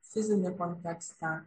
fizinį kontekstą